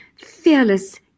fearless